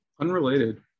Unrelated